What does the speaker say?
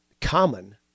common